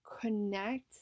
connect